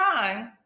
time